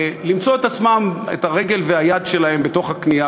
למצוא את הרגל ואת היד שלהם בתוך הקנייה